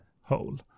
hole